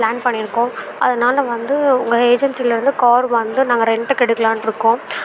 plan பண்ணிருக்கோம் அதனால் வந்து உங்கள் ஏஜென்சியில இருந்து கார் வந்து நாங்கள் ரென்ட்டுக்கு எடுக்கலாம்னு இருக்கோம்